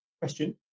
question